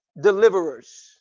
deliverers